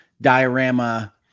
diorama